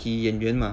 he 演员 mah